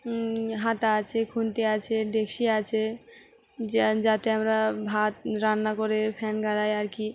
হাতা আছে খুন্তি আছে ডেকচি আছে যা যাতে আমরা ভাত রান্না করে ফ্যান গালাই আর কি